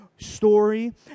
story